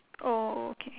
oh okay